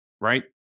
right